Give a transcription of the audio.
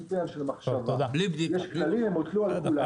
יש כללים הם הוטלו על כולם.